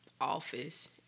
office